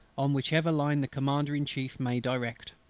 on whichever line the commander in chief may direct.